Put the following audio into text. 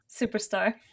Superstar